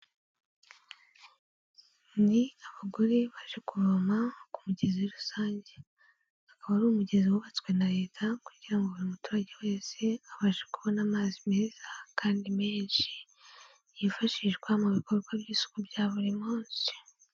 Ni abagore baje kuvoma ku mugezi rusange, akaba ari umugezi wubatswe na Leta kugira ngo buri muturage wese abashe kubona amazi meza kandi menshi yifashishwa mu bikorwa by'isuku bya buri munsi.